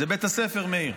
בית הספר, מאיר,